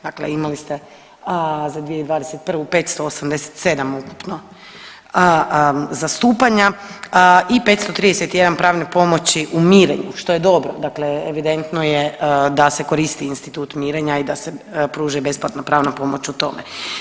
Dakle imali ste za 2021. 587 ukupno zastupanja i 531 pravne pomoći u mirenju što je dobro, dakle evidentno je da se koristiti institut mirenja i da se pruži besplatna pravna pomoć u tome.